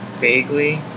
Vaguely